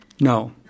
No